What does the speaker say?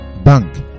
Bank